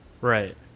Right